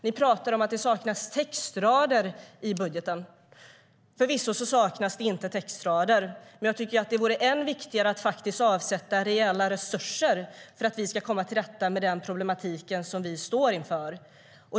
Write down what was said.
Ni pratar om att det saknas textrader i budgeten. Förvisso saknas det inte några textrader, men det vore än viktigare att faktiskt avsätta rejäla resurser för att vi ska komma till rätta med den problematik vi står inför.